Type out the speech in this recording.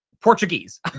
Portuguese